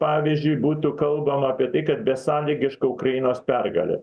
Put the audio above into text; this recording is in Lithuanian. pavyzdžiui būtų kalbama apie tai kad besąlygiška ukrainos pergalė